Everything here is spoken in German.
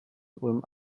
ulm